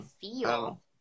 feel